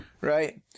right